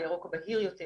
והירוק הבהיר יותר